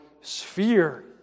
sphere